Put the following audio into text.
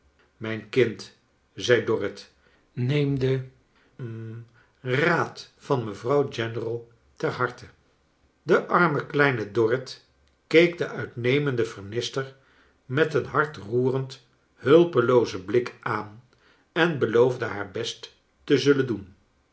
mijn kind zei dorrit neem den hm raad van mevrouw general ter harte de arme kleine dorrit keek de uitnemende vernister met een hartroerend hulpeloozen blik aan en beloofde haar best te zullen doen